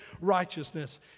righteousness